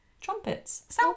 trumpets